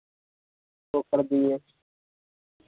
तोड़ फोड़ दिए